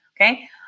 Okay